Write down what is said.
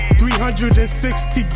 360